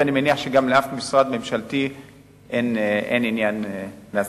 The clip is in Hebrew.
ואני מניח שגם לשום משרד ממשלתי אין עניין להסתיר.